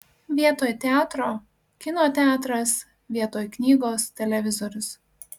vietoj teatro kino teatras vietoj knygos televizorius